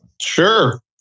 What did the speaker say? Sure